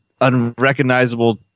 unrecognizable